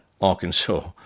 Arkansas